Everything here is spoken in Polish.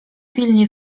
pilnie